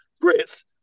Chris